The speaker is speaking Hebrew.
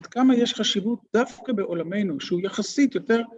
עד כמה יש חשיבות דווקא בעולמנו, שהוא יחסית יותר...